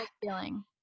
feeling